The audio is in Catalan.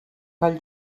pel